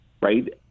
right